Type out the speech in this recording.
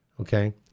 okay